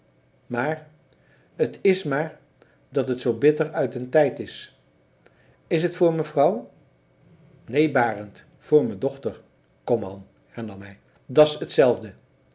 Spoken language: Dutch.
maar t is maar dat het zoo bitter uit den tijd is is het voor mevrouw neen barend voor me dochter kom an hernam hij da's etzelfde